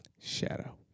shadow